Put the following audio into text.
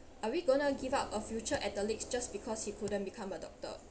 are we gonna give up a future athlete just because he couldn't become a doctor